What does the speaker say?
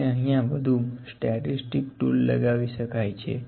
આપણે અહિય વધુ સ્ટેટિસ્તિક ટૂલ લગાવી શકાય છે